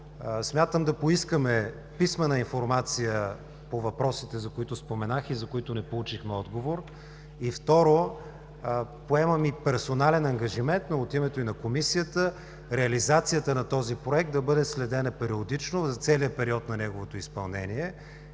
смятам да поискаме писмена информация по въпросите, за които споменах и за които не получихме отговор. Второ, поемам и персонален ангажимент, но и от името на Комисията, реализацията на този Проект да бъде следена периодично за целия период на неговото изпълнение